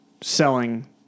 selling